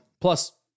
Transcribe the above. plus